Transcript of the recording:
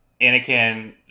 Anakin